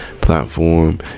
platform